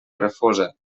refosa